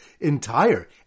entire